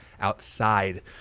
outside